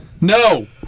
No